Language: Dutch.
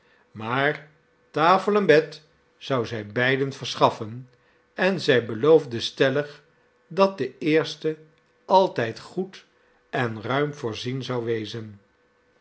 maar tafel en bed zou zij beiden verschaffen en zij beloofde stellig dat de eerste altijd goed en ruim voorzien zou wezen